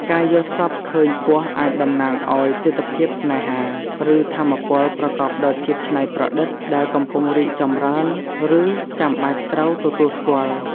ការយល់សប្តិឃើញពស់អាចតំណាងឱ្យទិដ្ឋភាពស្នេហា ឬថាមពលប្រកបដោយការច្នៃប្រឌិត ដែលកំពុងរីកចម្រើន ឬចាំបាច់ត្រូវទទួលស្គាល់។